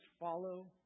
follow